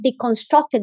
deconstructed